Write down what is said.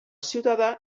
ciutadà